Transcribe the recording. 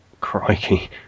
Crikey